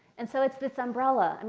and so it's this umbrella. i mean